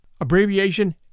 abbreviation